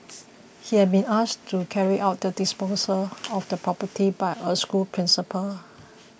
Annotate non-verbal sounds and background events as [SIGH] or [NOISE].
[NOISE] he had been asked to carry out the disposal of the property by a school principal